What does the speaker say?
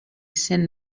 cent